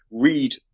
read